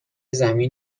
زمین